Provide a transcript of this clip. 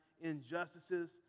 injustices